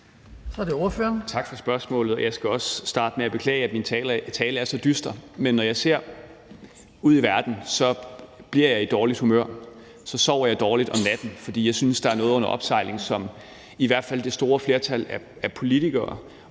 Tak for spørgsmålet. Jeg skal starte med at beklage, at min tale er så dyster, men når jeg ser ud i verden, så bliver jeg i dårligt humør, og så sover jeg dårligt om natten, fordi jeg synes, der er noget under opsejling – en bekymring, som i hvert fald det store flertal af politikere